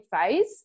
phase